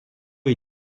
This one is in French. est